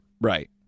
right